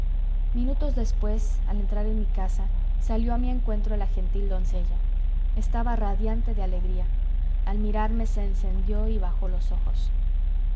minutos después al entrar en mi casa salió a mi encuentro la gentil doncella estaba radiante de alegría al mirarme se encendió y bajó los ojos